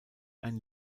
ein